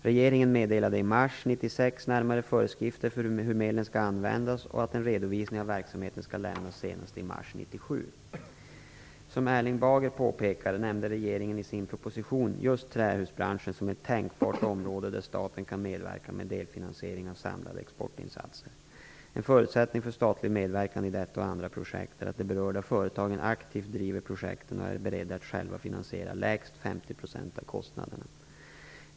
Regeringen meddelade i mars 1996 närmare föreskrifter för hur medlen skall användas och att en redovisning av verksamheten skall lämnas senast i mars Som Erling Bager påpekar nämnde regeringen i sin proposition just trähusbranschen som ett tänkbart område där staten kan medverka med delfinansiering av samlade exportinsatser. En förutsättning för statlig medverkan i detta och andra projekt är att de berörda företagen aktivt driver projekten och är beredda att själva finansiera lägst 50 % av kostnaderna.